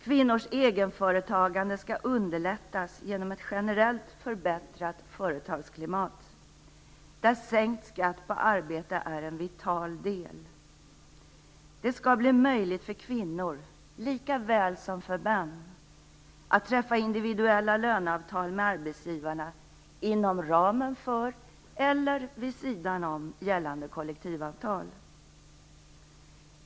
Kvinnors egenföretagande skall underlättas genom ett generellt förbättrat företagsklimat, där sänkt skatt på arbete är en vital del. Det skall bli möjligt för kvinnor - lika väl som för män - att träffa individuella löneavtal med arbetsgivaren inom ramen för eller vid sidan om gällande kollektivavtal.